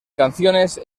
canciones